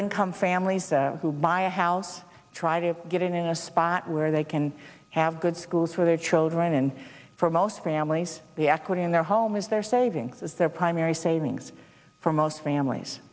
income families who buy a house try to get in a spot where they can have good schools for their children and for most families the equity in their home is their savings is their primary savings for most families